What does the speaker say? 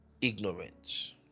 ignorance